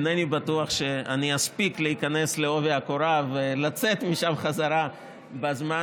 אינני בטוח שאני אספיק להיכנס בעובי הקורה ולצאת משם בחזרה בזמן